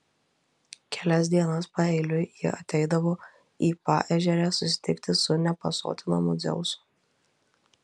kelias dienas paeiliui ji ateidavo į paežerę susitikti su nepasotinamu dzeusu